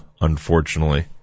unfortunately